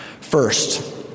First